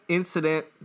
incident